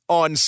on